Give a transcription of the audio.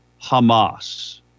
Hamas